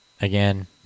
again